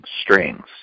strings